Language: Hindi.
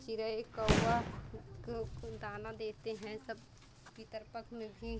चिरई कव्वा उनको लोग को दाना देते हैं सब पितर पख में भी